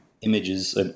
images